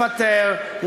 לפטר,